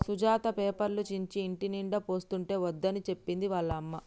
సుజాత పేపర్లు చించి ఇంటినిండా పోస్తుంటే వద్దని చెప్పింది వాళ్ళ అమ్మ